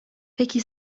peki